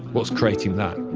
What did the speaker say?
what's creating that?